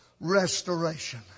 restoration